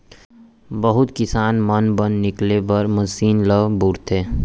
बहुत किसान मन बन निकाले बर मसीन ल बउरथे